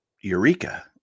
Eureka